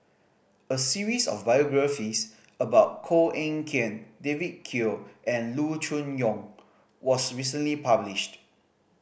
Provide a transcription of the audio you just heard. a series of biographies about Koh Eng Kian David Kwo and Loo Choon Yong was recently published